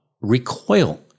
recoil